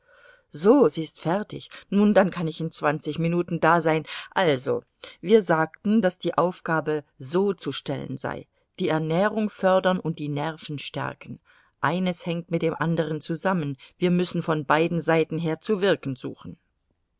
so sie ist fertig nun dann kann ich in zwanzig minuten da sein also wir sagten daß die aufgabe so zu stellen sei die ernährung fördern und die nerven stärken eines hängt mit dem anderen zusammen wir müssen von beiden seiten her zu wirken suchen